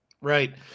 Right